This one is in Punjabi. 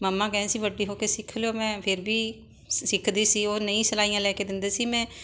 ਮੰਮਾ ਕਹਿੰਦੇ ਸੀ ਵੱਡੀ ਹੋ ਕੇ ਸਿੱਖ ਲਿਓ ਮੈਂ ਫਿਰ ਵੀ ਸਿੱਖਦੀ ਸੀ ਉਹ ਨਹੀਂ ਸਿਲਾਈਆਂ ਲੈ ਕੇ ਦਿੰਦੇ ਸੀ ਮੈਂ